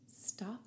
stop